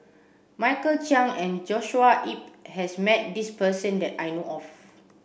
Michael Chiang and Joshua Ip has met this person that I know of